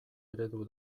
eredu